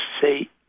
say